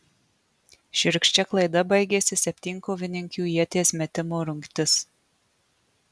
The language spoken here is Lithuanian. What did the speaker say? šiurkščia klaida baigėsi septynkovininkių ieties metimo rungtis